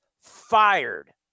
fired